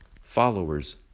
Followers